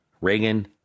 Reagan